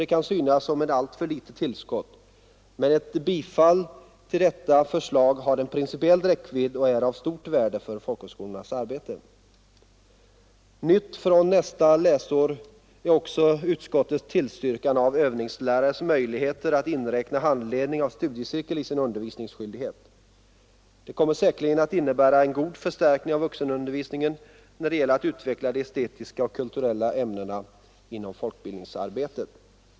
Det kan synas som ett alltför litet tillskott, men ett bifall till detta förslag har en principiell räckvidd som är av stort värde för folkhögskolornas arbete. Nytt från nästa läsår är utskottets tillstyrkan av övningslärares möjlighet att inräkna handledning av studiecirkel i sin undervisningsskyldighet. Det kommer säkerligen att innebära en god förstärkning av vuxenundervisningen när det gäller att utveckla de estetiska och kulturella ämnena inom folkbildningsarbetet.